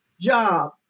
job